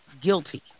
guilty